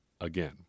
again